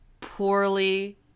poorly